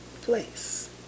place